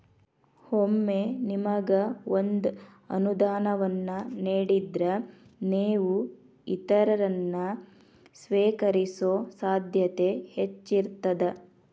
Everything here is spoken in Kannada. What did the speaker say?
ಒಮ್ಮೆ ನಿಮಗ ಒಂದ ಅನುದಾನವನ್ನ ನೇಡಿದ್ರ, ನೇವು ಇತರರನ್ನ, ಸ್ವೇಕರಿಸೊ ಸಾಧ್ಯತೆ ಹೆಚ್ಚಿರ್ತದ